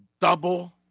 double